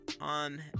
on